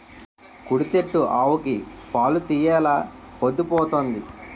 కుడితి ఎట్టు ఆవుకి పాలు తీయెలా పొద్దు పోతంది